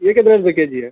یہ کتنے روپے کے جی ہے